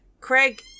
Craig